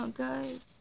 guys